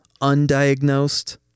undiagnosed